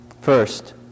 First